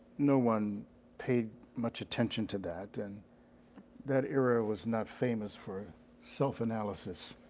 no one paid much attention to that. and that era was not famous for self analysis.